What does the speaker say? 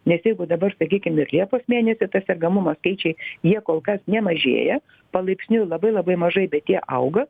nes jeigu dabar sakykim ir liepos mėnesį tas sergamumo skaičiai jie kol kas nemažėja palaipsniui labai labai mažai bet jie auga